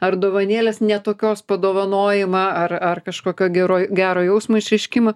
ar dovanėlės ne tokios padovanojimą ar ar kažkokio geroj gero jausmo išreiškimą